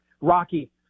Rocky